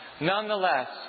nonetheless